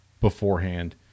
beforehand